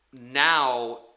Now